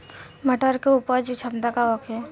मटर के उपज क्षमता का होखे?